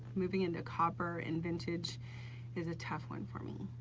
moving into copper and vintage is a tough one for me.